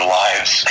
lives